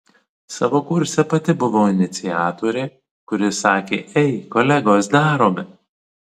savo kurse pati buvau iniciatorė kuri sakė ei kolegos darome